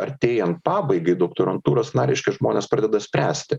artėjant pabaigai doktorantūros na reiškia žmonės pradeda spręsti